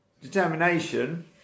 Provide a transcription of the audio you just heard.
determination